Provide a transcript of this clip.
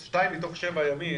אז שניים מתוך שבעה ימים,